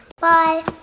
Bye